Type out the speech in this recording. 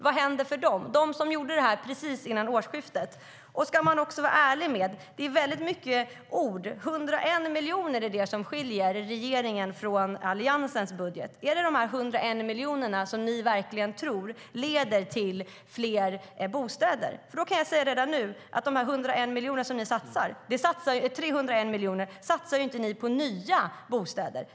Vad händer för dem som gjorde det precis innan årsskiftet? Ska man vara ärlig är det väldigt mycket ord. Det som skiljer regeringens budget från Alliansens budget är 301 miljoner. Är det de 301 miljonerna som ni tror leder till fler bostäder? Jag kan redan nu säga att de 301 miljoner som ni satsar inte är något som ni satsar på nya bostäder.